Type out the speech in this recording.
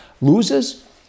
loses